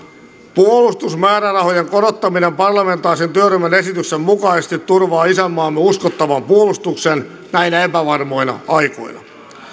puolustusmäärärahojen korottaminen parlamentaarisen työryhmän esityksen mukaisesti turvaa isänmaamme uskottavan puolustuksen näinä epävarmoina aikoina